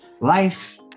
life